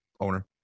owner